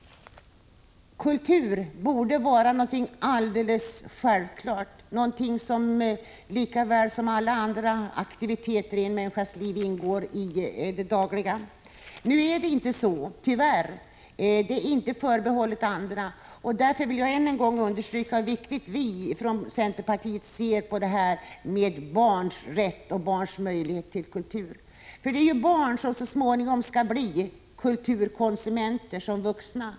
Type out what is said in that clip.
Kultur borde vara något självklart, något som lika väl som alla andra aktiviteter i en människas liv ingår i det dagliga livet. Nu är det inte så, tyvärr. Detta är inte förbehållet alla. Därför vill jag än en gång understryka hur seriöst vi från centerpartiet ser på barns rätt och möjligheter till kultur. Det är ju barn som så småningom skall bli kulturkonsumenter som vuxna.